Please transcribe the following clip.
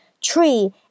Tree